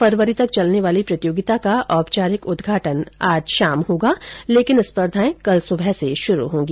तीन फरवरी तक चलने वाली प्रतियोगिता का औपचारिक उद्घाटन आज होगा लेकिन स्पर्धाएं कल सुबह से शुरू होंगी